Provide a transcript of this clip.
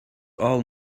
all